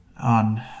on